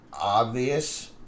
obvious